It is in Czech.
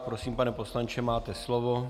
Prosím, pane poslanče, máte slovo.